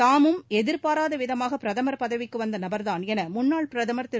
தாமும் எதிர்பாராதவிதமாக பிரதமர் பதவிக்கு வந்த நபர்தான் என முன்னாள் பிரதமர் திரு